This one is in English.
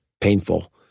painful